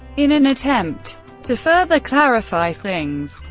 in an attempt to further clarify things,